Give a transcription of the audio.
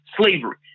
slavery